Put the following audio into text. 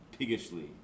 piggishly